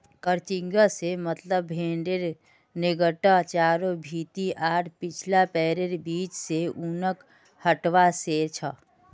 crutching से मतलब भेडेर नेंगड चारों भीति आर पिछला पैरैर बीच से ऊनक हटवा से छ